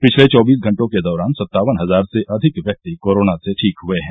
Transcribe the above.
पिछले चौबीस घंटों के दौरान सत्तावन हजार से अधिक व्यक्ति कोरोना से ठीक हुए हैं